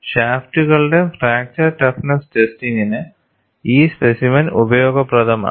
ഷാഫ്റ്റുകളുടെ fracture toughness ടെസ്റ്റിംഗിന് ഈ specimen ഉപയോഗപ്രദമാണ്